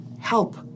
help